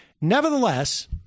Nevertheless